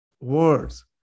words